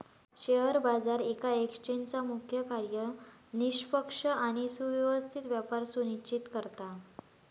share बाजार येका एक्सचेंजचा मुख्य कार्य निष्पक्ष आणि सुव्यवस्थित व्यापार सुनिश्चित करता